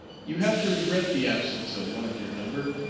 you have to regret the absence of one of your number,